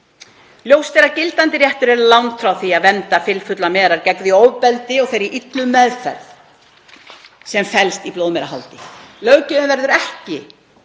Ljóst er að gildandi réttur er langt frá því að vernda fylfullar merar gegn því ofbeldi og þeirri illu meðferð sem felst í blóðmerahaldi. Löggjafinn verður að